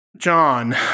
John